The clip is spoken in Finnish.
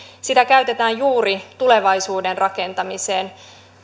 sitä käytetään juuri tulevaisuuden rakentamiseen